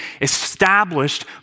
established